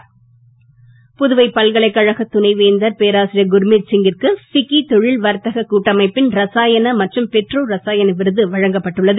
விருது புதுவை பல்கலைக்கழக துணை வேந்தர் பேராசிரியர் சூர்மீத் சிங் கிற்கு ஃபிக்கி தொழில் வர்த்தக கூட்டமைப்பின் ரசாயன மற்றும் பெட்ரோ ரசாயன விருது வழங்கப்பட்டுள்ளது